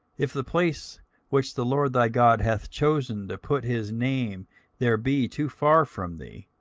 if the place which the lord thy god hath chosen to put his name there be too far from thee,